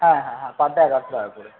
হ্যাঁ হ্যাঁ হ্যাঁ পার ডে এগারোশো টাকা করে